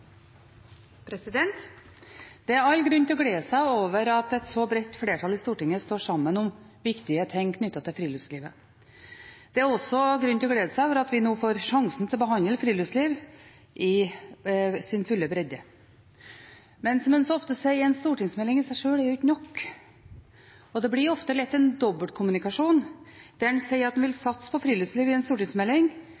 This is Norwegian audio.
all grunn til å glede seg over at et så bredt flertall i Stortinget står sammen om viktige ting knyttet til friluftslivet. Det er også grunn til å glede seg over at vi nå får sjansen til å behandle friluftsliv i sin fulle bredde. Men som en så ofte sier: En stortingsmelding er i seg sjøl ikke nok. Det blir ofte lett en dobbeltkommunikasjon, der en sier at en vil